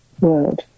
world